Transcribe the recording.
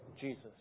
Jesus